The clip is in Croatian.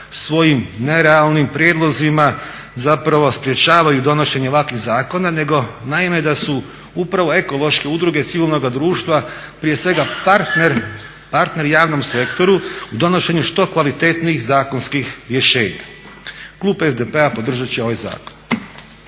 svojim nerealnim prijedlozima zapravo sprječavaju donošenje ovakvih zakona nego naime da su upravo ekološke udruge civilnoga društva prije svega partner javnom sektoru u donošenju što kvalitetnijih zakonskih rješenja. Klub SDP-a podržati će ovaj zakon.